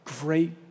great